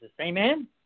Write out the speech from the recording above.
Amen